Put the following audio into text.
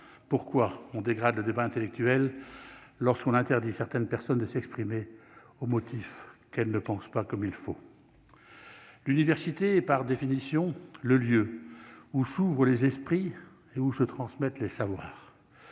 pourquoi on dégrade le débat intellectuel lorsqu'on interdit certaines personnes de s'exprimer au motif qu'elles ne pensent pas comme il faut l'université est par définition le lieu où s'ouvrent les esprits et où se transmettre les savoirs,